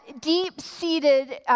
deep-seated